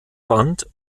fand